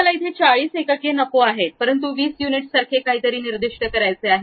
मला 44 युनिट नको आहेत परंतु 20 युनिटसारखे काहीतरी निर्दिष्ट करायचे आहे